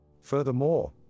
Furthermore